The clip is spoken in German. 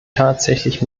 tatsächlich